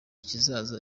kizaza